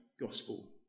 gospel